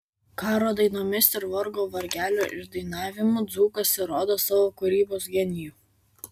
karo dainomis ir vargo vargelio išdainavimu dzūkas įrodo savo kūrybos genijų